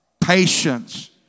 patience